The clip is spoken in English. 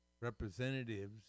representatives